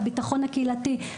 הביטחון הקהילתי.